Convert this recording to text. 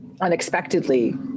unexpectedly